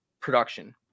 production